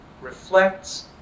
reflects